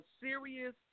serious